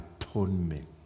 atonement